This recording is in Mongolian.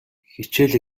хичээл